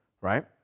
right